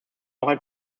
auch